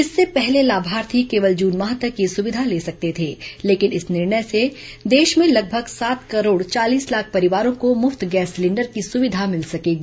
इससे पहले लाभार्थी केवल जून तक यह सुविधा ले सकते थे लेकिन इस निर्णय से देश में लगभग सात करोड़ चालीस लाख परिवारों को मुफ्त गैस सिलेंडर की सुविधा मिल सकेगी